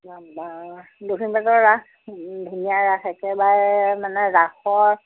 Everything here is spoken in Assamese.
তাৰপৰা দক্ষিণপাটৰ ৰাস ধুনীয়া ৰাস একেবাৰে মানে ৰাসৰ